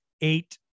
eight